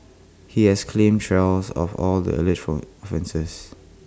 he has claimed trials of all the alleged from offences